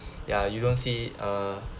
ya you don't see err